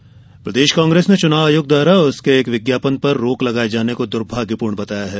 विज्ञापन प्रदेश कांग्रेस ने चुनाव आयोग द्वारा उसके एक विज्ञापन पर रोक लगाये जाने को दुर्भाग्यपूर्ण बताया है